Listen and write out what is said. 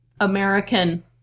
American